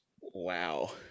Wow